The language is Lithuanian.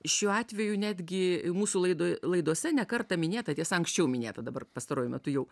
šiuo atveju netgi mūsų laido laidose ne kartą minėta tiesa anksčiau minėta dabar pastaruoju metu jau